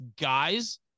guys